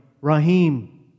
Rahim